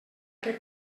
que